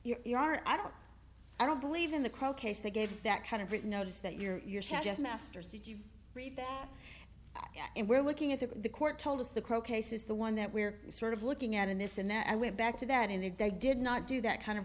you are i don't i don't believe in the crow case they gave that kind of written notice that your chest masters did you read that and we're looking at that the court told us the crowe case is the one that we're sort of looking at in this and then i went back to that and if they did not do that kind of